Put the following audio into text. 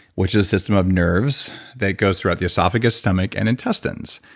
which is a system of nerves that goes throughout the esophagus, stomach, and intestines,